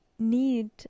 need